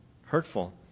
Hurtful